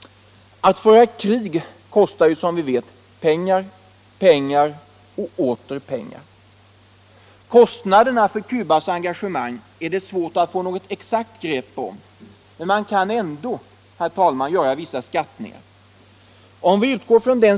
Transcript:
Att föra krig kostar som vi vet pengar, pengar och åter pengar. Kostnaderna för Cubas engagemang är det svårt att få något exakt grepp om, men man kan ändå göra vissa skattningar. Om vi utgår från den .